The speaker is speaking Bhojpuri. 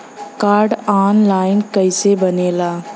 कार्ड ऑन लाइन कइसे बनेला?